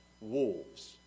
wolves